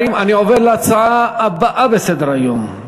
אני עובר להצעה הבאה בסדר-היום: